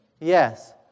Yes